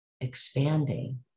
expanding